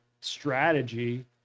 strategy